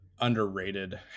underrated